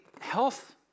health